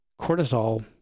cortisol